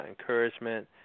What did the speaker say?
encouragement